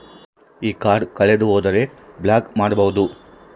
ಈ ಕಾರ್ಡ್ ಕಳೆದು ಹೋದರೆ ಬ್ಲಾಕ್ ಮಾಡಬಹುದು?